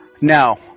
Now